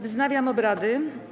Wznawiam obrady.